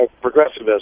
progressivism